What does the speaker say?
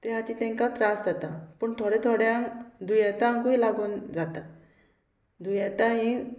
ते खाती तांकां त्रास जाता पूण थोड्या थोड्यांक दुयेंतांकूय लागून जाता दुयेंतां ही